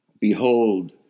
Behold